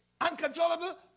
Uncontrollable